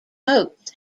coates